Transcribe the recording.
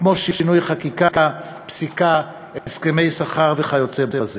כמו שינוי חקיקה, פסיקה, הסכמי שכר וכיוצא בזה,